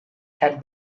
had